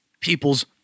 people's